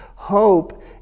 hope